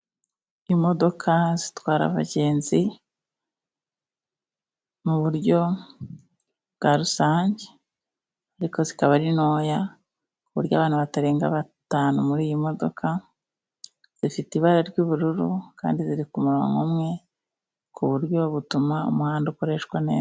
Imodoka zitwara abagenzi muburyo bwa rusange ariko zikaba ari ntoya ku buryo abantu batarenga batanu muriyi modoka zifite ibara ry'ubururu kandi ziri kumurongo umwe kuburyo butuma umuhanda ukoreshwa neza.